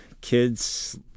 kids